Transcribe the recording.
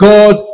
God